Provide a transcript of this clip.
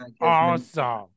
awesome